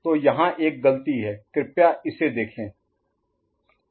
तो यहाँ एक गलती है कृपया इसे देखें